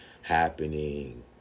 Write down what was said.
happening